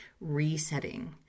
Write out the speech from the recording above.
resetting